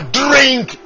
drink